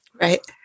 Right